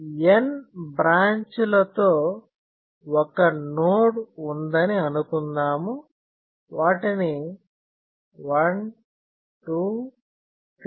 N branch లతో ఒక node ఉందని అనుకుందాము వాటిని 1 2 3